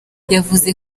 yavuze